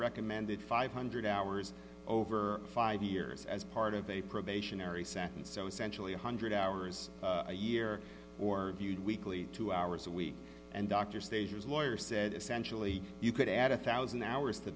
recommended five hundred hours over five years as part of a probationary sentence so essentially one hundred hours a year or viewed weekly two hours a week and dr stagers lawyer said essentially you could add a one thousand hours to